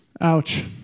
Ouch